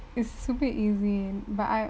it's super easy but I